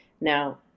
Now